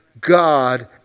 God